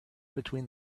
between